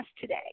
today